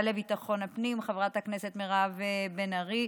לביטחון הפנים חברת הכנסת מירב בן ארי,